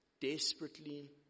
desperately